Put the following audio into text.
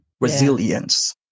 Resilience